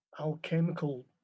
alchemical